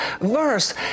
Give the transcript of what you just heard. verse